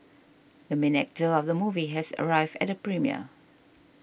the main actor of the movie has arrived at the premiere